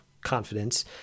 confidence